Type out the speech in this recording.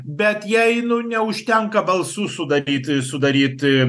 bet jai nu neužtenka balsų sudaryt sudaryt